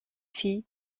fille